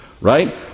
Right